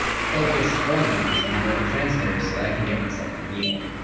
focus hormones and neurotransmitters so that i can get myself a meal.